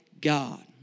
God